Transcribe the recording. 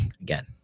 again